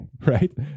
right